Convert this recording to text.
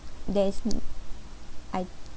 there is m~ I